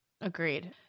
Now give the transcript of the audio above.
agreed